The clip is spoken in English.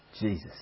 Jesus